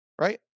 right